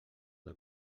del